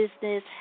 business